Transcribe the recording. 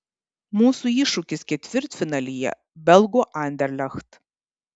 mūsų iššūkis ketvirtfinalyje belgų anderlecht